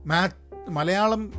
Malayalam